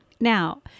Now